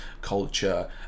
culture